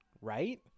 Right